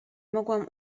mogłam